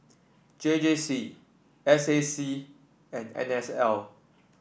J J C S A C and N S L